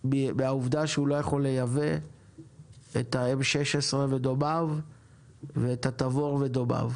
מהעובדה שהוא לא יכול לייבא את ה-M16 ודומיו ותבור ודומיו.